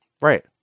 Right